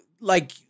like-